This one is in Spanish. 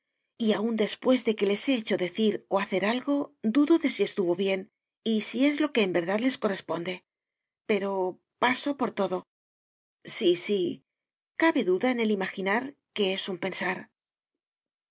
y aun después de que les he hecho decir o hacer algo dudo de si estuvo bien y si es lo que en verdad les corresponde pero paso por todo sí sí cabe duda en el imaginar que es un pensar